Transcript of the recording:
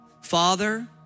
Father